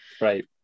Right